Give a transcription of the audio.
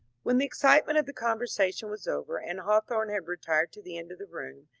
when the excitement of the conversation was over and hawthorne had retired to the end of the room,